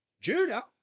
Judah